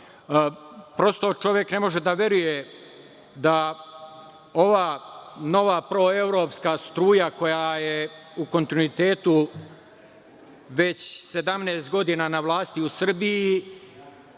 čovek ne može da veruje da ova nova proevropska struja koja je u kontinuitetu već 17 godina na vlasti u Srbiji,